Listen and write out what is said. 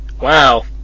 Wow